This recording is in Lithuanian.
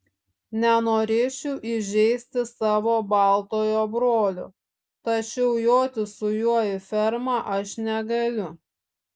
nenorėčiau įžeisti savo baltojo brolio tačiau joti su juo į fermą aš negaliu